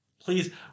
please